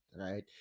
right